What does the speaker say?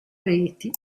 reti